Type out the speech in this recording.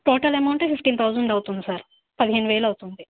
total amount fifteen thousand అవుతుంది sir పదిహేను వేలవుతుంది